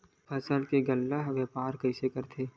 फसल के गल्ला व्यापार कइसे करथे?